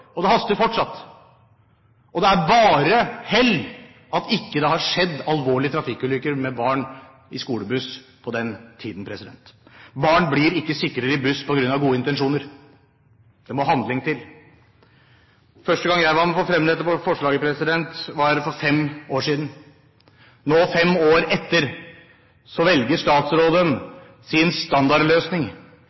Det haster fortsatt. Det er bare hell at det ikke har skjedd alvorlige trafikkulykker med barn i skolebuss på den tiden. Barn blir ikke sikrere i buss på grunn av gode intensjoner. Det må handling til. Første gang jeg var med på å fremme dette forslaget, var for fem år siden. Nå, fem år etter, velger statsråden sin standardløsning.